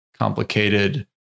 complicated